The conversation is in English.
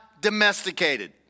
domesticated